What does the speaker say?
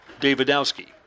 davidowski